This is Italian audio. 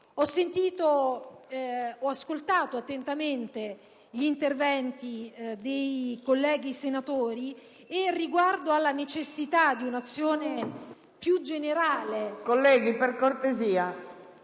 Ho ascoltato attentamente gli interventi dei colleghi senatori e riguardo alla necessità di un'azione più generale